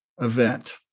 event